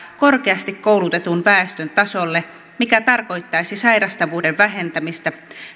korkeasti koulutetun väestön tasolle mikä tarkoittaisi sairastavuuden vähentämistä